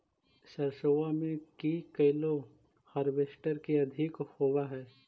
सरसोबा मे की कैलो हारबेसटर की अधिक होब है?